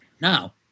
Now